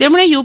તેમણે યુ